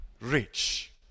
rich